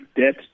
debt